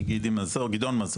אני גדעון מזור,